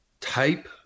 type